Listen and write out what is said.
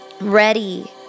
ready